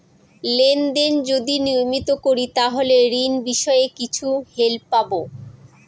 Lane দেন যদি নিয়মিত করি তাহলে ঋণ বিষয়ে কিছু হেল্প পাবো?